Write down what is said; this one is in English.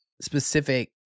specific